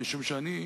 משום שאני,